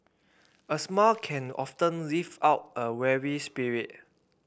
a smile can often lift up a weary spirit